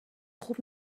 خوب